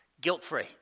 guilt-free